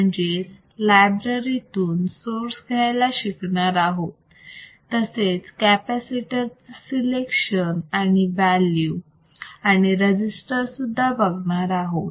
म्हणजेच आपण लायब्ररीतून सोर्स घ्यायला शिकणार आहोत तसेच कॅपॅसिटर चे सिलेक्शन आणि व्हॅल्यू आणि रजिस्टर सुद्धा बघणार आहोत